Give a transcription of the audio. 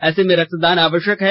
ऐसे में रक्तदान आवश्यक है